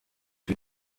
für